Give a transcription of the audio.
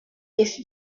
his